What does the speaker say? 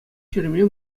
ҫӳреме